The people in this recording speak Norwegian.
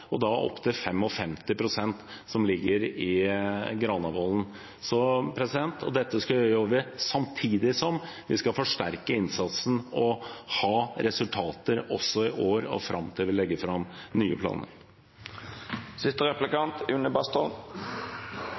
og da opp til 55 pst., som ligger i Granavolden-plattformen. Og dette gjør vi samtidig som vi skal forsterke innsatsen og ha resultater også i år og fram til vi legger fram nye planer.